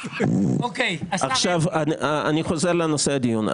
אני חוזר לנושא הדיון.